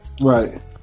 Right